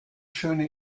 schöne